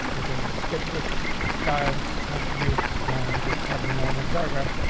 you can just skip this style, not tribute and just having a normal program.